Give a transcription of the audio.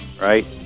right